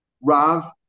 Rav